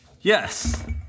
Yes